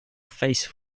face